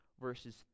verses